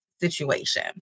situation